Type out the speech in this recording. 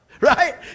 right